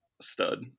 stud